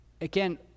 Again